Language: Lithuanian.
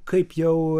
kaip jau